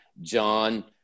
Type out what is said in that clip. John